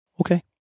Okay